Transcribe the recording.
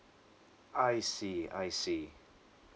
I see I see